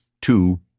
two